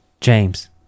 james